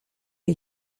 wir